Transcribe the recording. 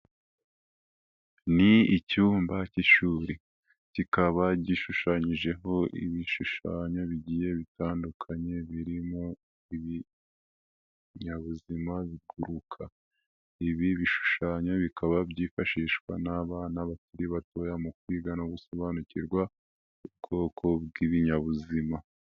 Ni icyumba cy'ishuri kikaba gishushanyijeho ibishushanyo bigiye bitandukanye birimo ibinyabuzima biguruka. Ibi bishushanyo bikaba byifashishwa n'abana bakiri batoya mu kwiga no gusobanukirwa ubwoko bw'ibinyabuzima.